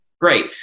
great